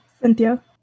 Cynthia